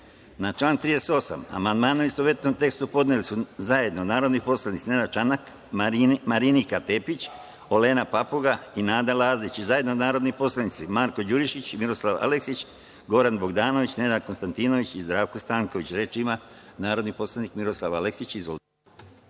Ne. Na član 38. amandmane u istovetnom tekstu podneli su zajedno narodni poslanici Nenad Čanak, Marinika Tepić, Olena Papuga i Nada Lazić i zajedno narodni poslanici Marko Đurišić, Miroslav Aleksić, Goran Bogdanović, Nenad Konstantinović i Zdravko Stanković. Reč ima narodni poslanik Miroslav Aleksić. Izvolite.